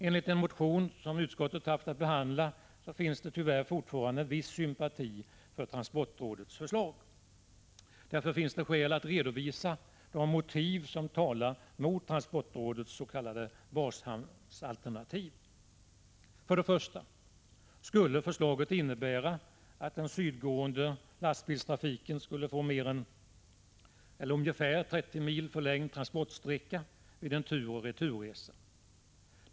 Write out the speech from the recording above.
Enligt en motion som utskottet haft att behandla finns det tyvärr fortfarande en viss sympati för transportrådets förslag. Därför finns det skäl att redovisa de motiv som talar mot transportrådets s.k. bashamnsalternativ. För det första skulle förslaget innebära att den sydgående lastbilstrafiken skulle få en ca 30 mil förlängd transportsträcka vid en turoch returresa.